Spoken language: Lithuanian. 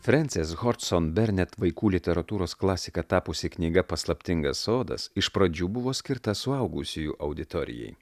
frensės hodson bernet vaikų literatūros klasika tapusi knyga paslaptingas sodas iš pradžių buvo skirtas suaugusiųjų auditorijai